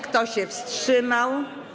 Kto się wstrzymał?